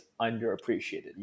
underappreciated